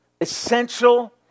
essential